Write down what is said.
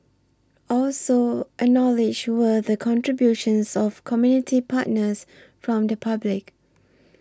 also acknowledged were the contributions of community partners from the public